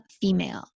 Female